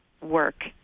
work